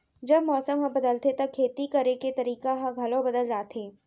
जब मौसम ह बदलथे त खेती करे के तरीका ह घलो बदल जथे?